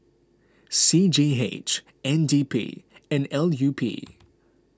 C G H N D P and L U P